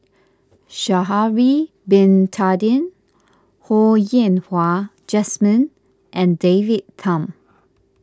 Sha'ari Bin Tadin Ho Yen Wah Jesmine and David Tham